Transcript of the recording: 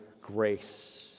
grace